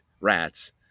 rats